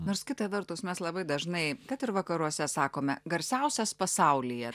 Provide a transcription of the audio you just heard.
nors kita vertus mes labai dažnai kad ir vakaruose sakome garsiausias pasaulyje